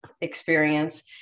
experience